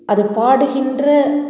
அதை பாடுகின்ற